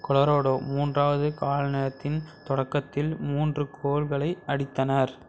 Colorado மூன்றாவது கால நேரத்தின் தொடக்கத்தில் மூன்று கோல்களை அடித்தனர்